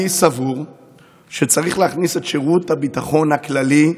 אני סבור שצריך להכניס את שירות הביטחון הכללי,